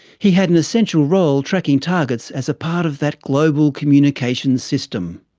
he had an essential role tracking targets as a part of that global communications system.